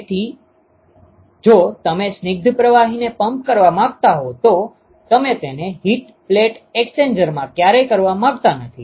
તેથી જો તમે સ્નિગ્ધ પ્રવાહીને પમ્પ કરવા માંગતા હો તો તમે તેને પ્લેટ હીટ એક્સ્ચેન્જરમાં ક્યારેય કરવા માંગતા નથી